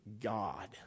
God